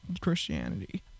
Christianity